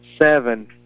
seven